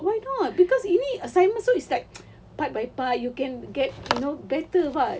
why not cause ini assignment so it's like part by part you can get you know better [what]